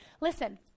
Listen